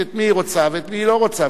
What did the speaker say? את מי היא רוצה ואת מי היא לא רוצה,